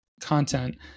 content